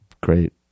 Great